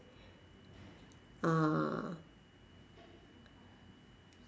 ah